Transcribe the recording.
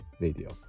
video